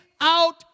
out